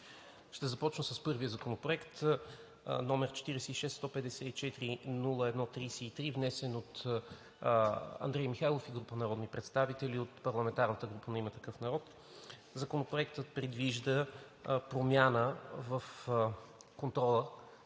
Ще започна със Законопроект № 46-154-01-33, внесен от Андрей Михайлов и група народни представители от парламентарната група на „Има такъв народ“. Законопроектът предвижда промяна в контрола